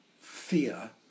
fear